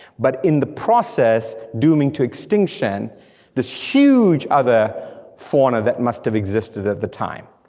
but in the process, dooming to extinction this huge other fauna that must have existed at the time.